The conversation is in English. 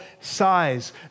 size